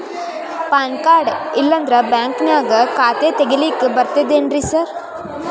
PAN card ಇಲ್ಲಂದ್ರ ಬ್ಯಾಂಕಿನ್ಯಾಗ ಖಾತೆ ತೆಗೆಲಿಕ್ಕಿ ಬರ್ತಾದೇನ್ರಿ ಸಾರ್?